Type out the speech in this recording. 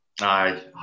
Aye